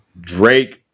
Drake